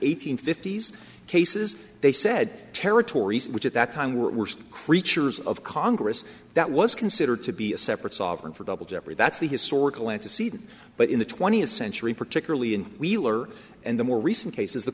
hundred fifty s cases they said territories which at that time were creatures of congress that was considered to be a separate sovereign for double jeopardy that's the historical antecedent but in the twentieth century particularly in wheeler and the more recent cases the